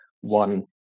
one